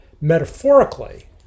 metaphorically